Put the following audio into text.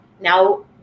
Now